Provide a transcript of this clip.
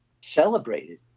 celebrated